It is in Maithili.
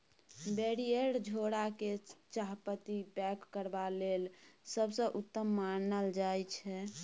बैरिएर झोरा केँ चाहपत्ती पैक करबा लेल सबसँ उत्तम मानल जाइ छै